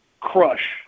crush